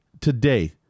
today